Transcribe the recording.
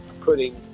putting